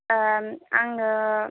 आङो